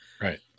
Right